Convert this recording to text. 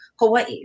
Hawaii